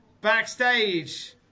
backstage